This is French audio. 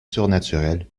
surnaturel